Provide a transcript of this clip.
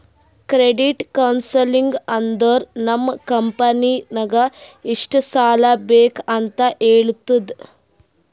credit counselling ಅಂದುರ್ ನಮ್ ಕಂಪನಿಗ್ ಎಷ್ಟ ಸಾಲಾ ಬೇಕ್ ಅಂತ್ ಹೇಳ್ತುದ